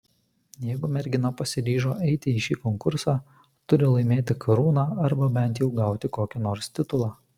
jeigu mergina pasiryžo eiti į šį konkursą turi laimėti karūną arba bent jau gauti kokį nors titulą